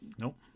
Nope